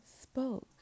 spoke